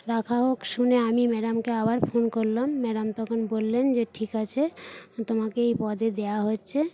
রাখা হোক শুনে আমি ম্যাডামকে আবার ফোন করলাম ম্যাডাম তখন বললেন যে ঠিক আছে তোমাকে এই পদে দেওয়া হচ্ছে